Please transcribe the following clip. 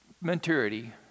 maturity